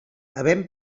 havent